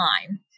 time